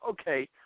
okay